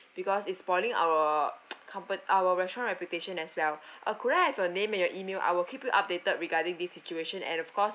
because is spoiling our compa~ our restaurant reputation as well uh could I have your name and your email I will keep you updated regarding this situation and of course